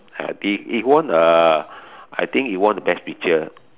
I think it won uh I think it won the best picture